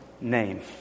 name